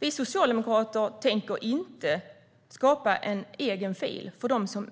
Vi socialdemokrater tänker inte skapa en egen fil för